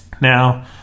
Now